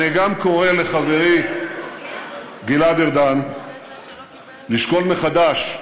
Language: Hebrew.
אני גם קורא לחברי גלעד ארדן לשקול מחדש,